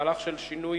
מהלך של שינוי